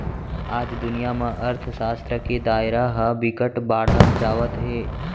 आज दुनिया म अर्थसास्त्र के दायरा ह बिकट बाड़हत जावत हे